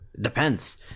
Depends